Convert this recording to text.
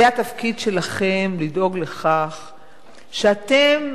זה התפקיד שלכם לדאוג לכך שאתם,